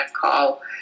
call